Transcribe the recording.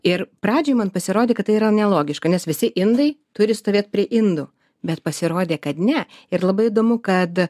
ir pradžioj man pasirodė kad tai yra nelogiška nes visi indai turi stovėt prie indų bet pasirodė kad ne ir labai įdomu kad